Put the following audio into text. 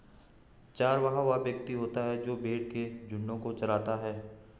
चरवाहा वह व्यक्ति होता है जो भेड़ों के झुंडों को चराता है